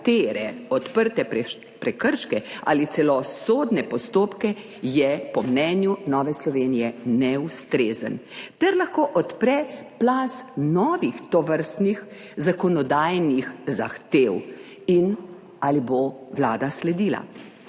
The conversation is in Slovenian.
odprte prekrške ali celo sodne postopke, je po mnenju Nove Slovenije neustrezno ter lahko odpre plaz novih tovrstnih zakonodajnih zahtev, in ali bo Vlada sledila.